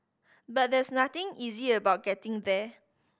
but there's nothing easy about getting there